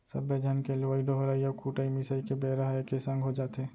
सब्बे झन के लुवई डोहराई अउ कुटई मिसाई के बेरा ह एके संग हो जाथे